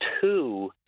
two